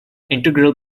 integral